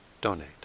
donate